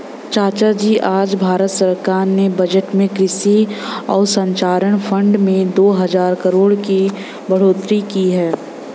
चाचाजी आज भारत सरकार ने बजट में कृषि अवसंरचना फंड में दो हजार करोड़ की बढ़ोतरी की है